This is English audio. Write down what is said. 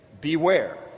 beware